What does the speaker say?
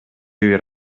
бир